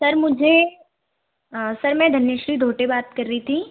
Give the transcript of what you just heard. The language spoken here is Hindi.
सर मुझे सर मैं धनुश्री धोटे बात कर रही थी